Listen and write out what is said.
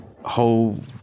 whole